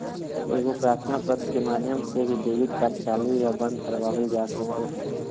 एगो प्रार्थना पत्र के माध्यम से भी डेबिट कार्ड चालू या बंद करवावल जा सको हय